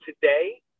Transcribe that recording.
today